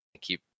keep